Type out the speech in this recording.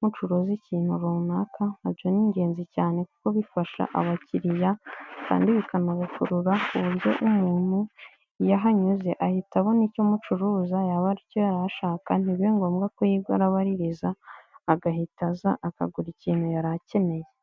mucuruza ikintu runaka nkabyo ni ingenzi cyane kuko bifasha abakiriya kandi bikanabakurura mu buryo umuntu iyo ahanyuze ahita abona icyo umucuruza yaba aricyo ashaka, ntibibe ngombwa ko yigora arabaririza agahita aza akagura ikintu yari akeneye.